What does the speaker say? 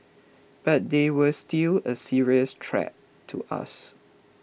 but they were still a serious threat to us